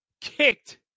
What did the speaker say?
kicked